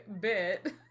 bit